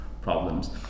problems